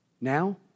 now